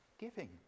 giving